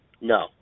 No